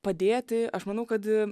padėti aš manau kad